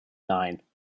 nine